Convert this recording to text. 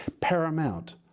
Paramount